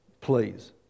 Please